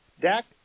Dak